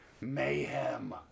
Mayhem